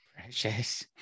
Precious